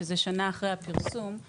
שזה שנה אחרי הפרסום,